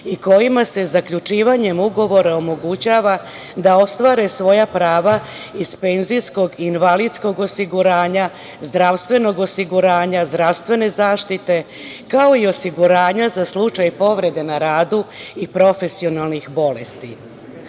i kojima se zaključivanjem ugovora omogućava da ostvare svoja prava iz penzijskog i invalidskog osiguranja, zdravstvenog osiguranja, zdravstvene zaštite, kao i osiguranja za slučaj povrede na radu i profesionalnih bolesti. Takođe,